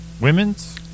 Women's